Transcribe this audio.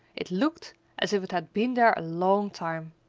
it looked as if it had been there a long time.